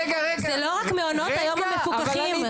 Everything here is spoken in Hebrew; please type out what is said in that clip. זה לא רק מעונות היום המפוקחים.